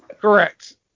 Correct